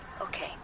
Okay